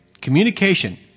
communication